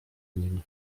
nim